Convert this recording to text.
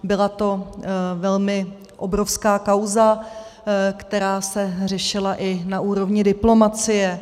Byla to velmi obrovská kauza, která se řešila i na úrovni diplomacie.